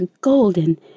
golden